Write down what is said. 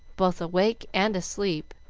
both awake and asleep,